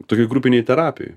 tokioj grupinėj terapijoj